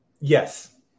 Yes